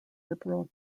liberal